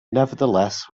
nevertheless